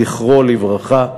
זכרו לברכה.